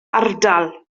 ardal